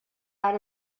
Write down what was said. out